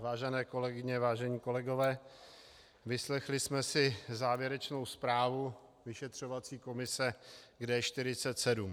Vážené kolegyně, vážení kolegové, vyslechli jsme si závěrečnou zprávu vyšetřovací komise k D47.